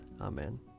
Amen